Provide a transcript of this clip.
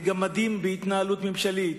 לגמדים בהתנהלות ממשלית.